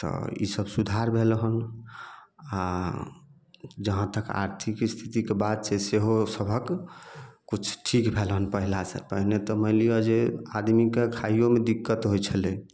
तऽ ईसब सुधार भेल हन आ जहाँ तक आर्थिक स्थितिके बात छै सेहो सभक किछु ठीक भेलनि पहिले से पहिने तऽ मानि लिअ जे आदमीके खाइयोमे दिक्कत होइत छलै